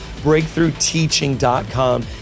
BreakthroughTeaching.com